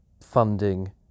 funding